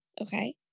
Okay